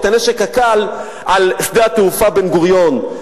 את הנשק הקל על שדה התעופה בן-גוריון.